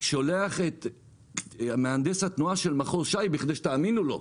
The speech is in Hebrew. אני שולח את מהנדס התנועה של מחוז ש"י בכדי שתאמינו לי.